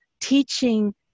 teaching